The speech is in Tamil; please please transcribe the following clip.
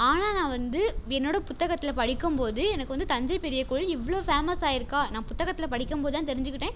ஆனால் நான் வந்து என்னோடய புத்தகத்தில் படிக்கும் போது எனக்கு வந்து தஞ்சைப் பெரிய கோயில் இவ்வளவு ஃபேமஸ் ஆகிருக்கா நான் புத்தகத்தில் படிக்கும் போது தான் தெரிஞ்சுக்கிட்டேன்